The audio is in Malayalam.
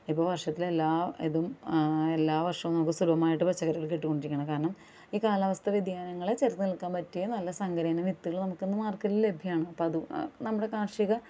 ഇപ്പോൾ വർഷത്തിലെല്ലാ ഇതും എല്ലാ വർഷവും നമുക്ക് സുലഭമായിട്ട് പച്ചക്കറികൾ കിട്ടികൊണ്ടിരിക്കുകയാണ് കാരണം ഈ കാലവസ്ഥാ വ്യതിയാനങ്ങളെ ചെറുത്തു നിൽക്കാൻ പറ്റിയ നല്ല സങ്കരയിനം വിത്തുകൾ നമുക്കിന്ന് മാർക്കറ്റിൽ ലഭ്യമാണ് അപ്പോൾ അതും നമ്മുടെ കാർഷിക